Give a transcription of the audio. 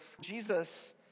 Jesus